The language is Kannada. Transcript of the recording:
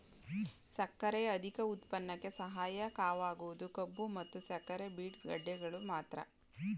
ಸಕ್ಕರೆಯ ಅಧಿಕ ಉತ್ಪನ್ನಕ್ಕೆ ಸಹಾಯಕವಾಗುವುದು ಕಬ್ಬು ಮತ್ತು ಸಕ್ಕರೆ ಬೀಟ್ ಗೆಡ್ಡೆಗಳು ಮಾತ್ರ